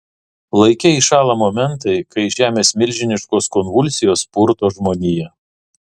laike įšąla momentai kai žemės milžiniškos konvulsijos purto žmoniją